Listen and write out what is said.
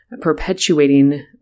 perpetuating